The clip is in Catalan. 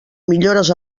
millores